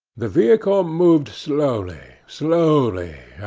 the vehicle moved slowly, slowly,